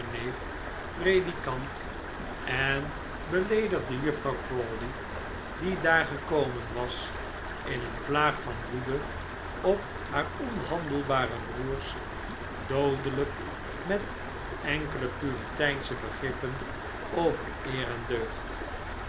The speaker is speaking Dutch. predikant en beleedigde juffrouw crawley die daar gekomen was in een vlaag van woede op haar onhandelbare broers doodelijk met enkele puriteinsche begrippen over eer en